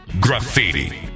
Graffiti